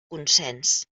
consens